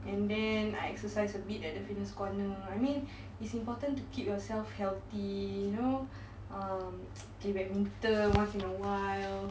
and then I exercise a bit at the fitness corner I mean it's important to keep yourself healthy you know um okay badminton once in a while